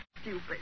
stupid